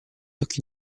occhi